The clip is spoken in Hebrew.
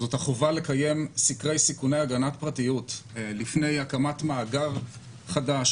זאת החובה לקיים סקרי סיכוני הגנת פרטיות לפני הקמת מאגר חדש,